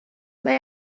mae